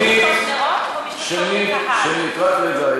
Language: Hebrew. שנית --- האם --- רק רגע.